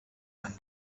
and